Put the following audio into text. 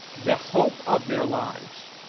the hope of their lives,